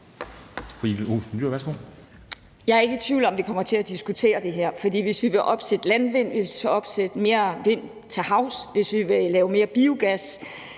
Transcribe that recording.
Jeg er ikke i tvivl om, at vi kommer til at diskutere det her. For hvis vi vil opsætte landvindmøller; hvis vi vil opsætte flere vindmøller til havs; hvis vi vil lave mere biogas,